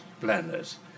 planners